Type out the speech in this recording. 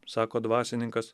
sako dvasininkas